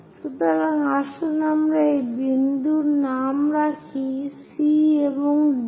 সুতরাং আসুন আমরা এই বিন্দুর নাম C এবং D রাখি